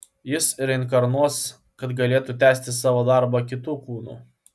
jis reinkarnuos kad galėtų tęsti savo darbą kitu kūnu